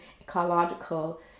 ecological